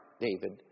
David